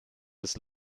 his